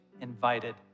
invited